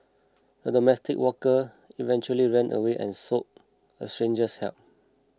the domestic worker eventually ran away and sought a stranger's help